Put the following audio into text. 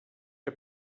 que